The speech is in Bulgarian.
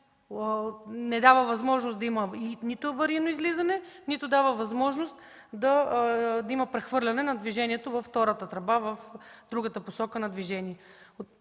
не дава възможност да има нито аварийно излизане, нито дава възможност да има прехвърляне на движението във втората тръба в другата посока на движение.